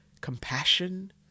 compassion